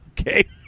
Okay